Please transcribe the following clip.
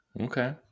Okay